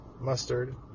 mustard